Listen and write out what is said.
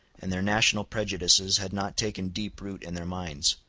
and their national prejudices had not taken deep root in their minds.